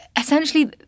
Essentially